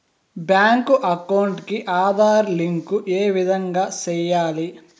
Bank account కి Aadhaar link ఏ విధంగా సెయ్యాలి?